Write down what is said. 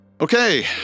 Okay